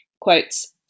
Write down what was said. Quotes